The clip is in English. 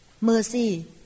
Mercy